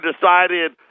decided